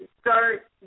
start